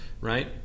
right